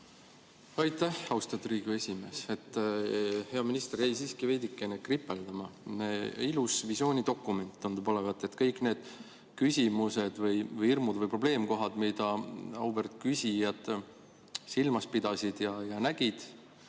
Aitäh, austatud Riigikogu esimees! Hea minister! Jäi siiski veidike kripeldama. Ilus visioonidokument tundub olevat. Kui kõik need küsimused või hirmud või probleemkohad, mida auväärt küsijad silmas pidasid ja nägid,